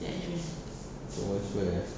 jurong west where